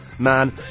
Man